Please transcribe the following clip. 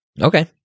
Okay